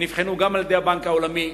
ונבחנו גם על-ידי הבנק העולמי,